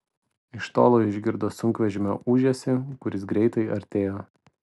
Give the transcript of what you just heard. iš tolo išgirdo sunkvežimio ūžesį kuris greitai artėjo